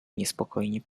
niespokojnie